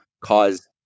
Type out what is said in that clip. cause